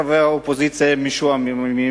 חברי האופוזיציה משועממים,